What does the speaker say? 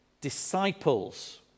disciples